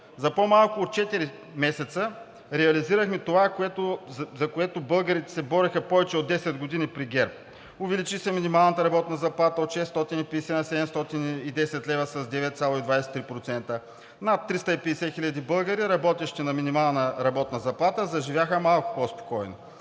За по-малко от 4 месеца реализирахме това, за което българите се бореха повече от 10 години при ГЕРБ. Увеличи се минималната работна заплата – от 650 на 710 лв., с 9,23%. Над 350 хиляди българи, работещи на минимална работна заплата, заживяха малко по-спокойно.